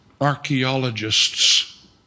archaeologists